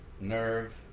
Nerve